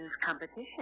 competition